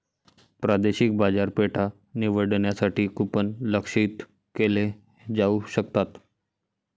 प्रादेशिक बाजारपेठा निवडण्यासाठी कूपन लक्ष्यित केले जाऊ शकतात